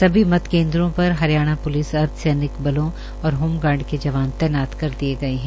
सभी मतदान केन्द्रों पर हरियाणा पुलिस अर्धसैनिक बलों और होमगार्ड के जवान तैनात कर दिये गए हैं